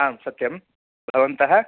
आम् सत्यं भवन्तः